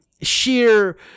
sheer